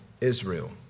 Israel